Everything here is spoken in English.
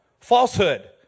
falsehood